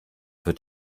für